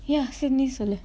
yeah sydney சொல்லு:sollu